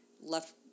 left